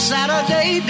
Saturday